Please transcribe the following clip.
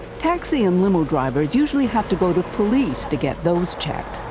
taxi and limo drivers usually have to go to police to get those checked.